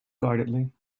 guardedly